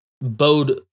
bode